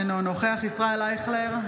אינו נוכח ישראל אייכלר,